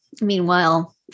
meanwhile